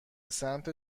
سمت